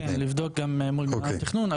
אני יכול לבדוק גם מול מנהל התכנון.